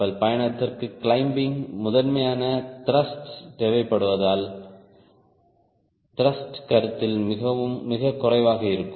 கப்பல் பயணத்திற்கு கிளைம்பிங் முதன்மையாக த்ருஷ்ட் தேவைப்படுவதால் த்ருஷ்ட் கருத்தில் மிகக் குறைவாக இருக்கும்